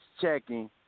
checking